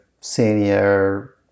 senior